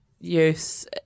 use